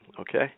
Okay